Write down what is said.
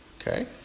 okay